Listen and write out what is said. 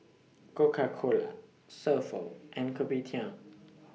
Coca Cola So Pho and Kopitiam